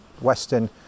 western